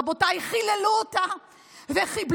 רבותיי, חיללו אותה וחיבלו